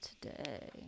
today